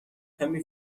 کمی